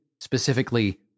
specifically